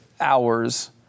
hours